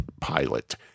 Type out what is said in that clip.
pilot